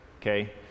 okay